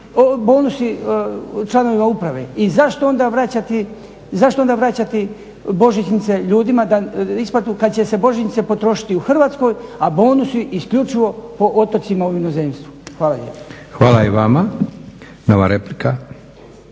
bonusi članovima uprave i zašto onda vraćati božićnice ljudima na isplatu kad će se božićnice potrošiti u Hrvatskoj, a bonusi isključivo po otocima u inozemstvu? Hvala lijepo. **Leko,